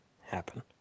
happen